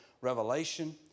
revelation